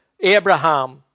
Abraham